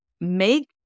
make